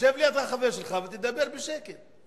תשב ליד החבר שלך, ותדבר בשקט.